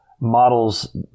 models